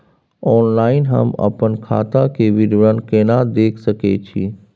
Online हम अपन खाता के विवरणी केना देख सकै छी?